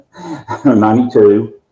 92